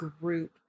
group